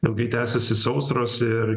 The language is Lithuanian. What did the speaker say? ilgai tęsėsi sausros ir